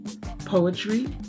poetry